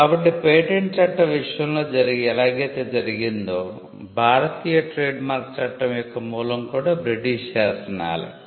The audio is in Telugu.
కాబట్టి పేటెంట్ చట్టం విషయంలో ఎలాగైతే జరిగిందో భారతీయ ట్రేడ్మార్క్ చట్టం యొక్క మూలం కూడా బ్రిటిష్ శాసనాలే